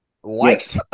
white